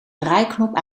draaiknop